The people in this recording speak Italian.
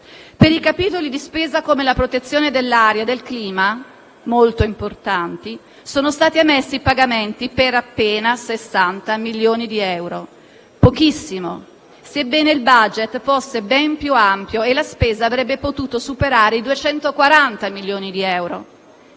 Per capitoli di spesa come la protezione dell'aria e del clima - molto importanti - sono stati emessi pagamenti per appena 60 milioni di euro: pochissimo, sebbene il *budget* fosse ben più ampio e la spesa avrebbe potuto superare i 240 milioni di euro.